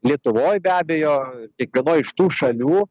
lietuvoj be abejo kiekvienoj iš tų šalių